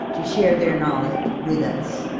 to share their knowledge with us.